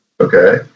Okay